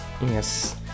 yes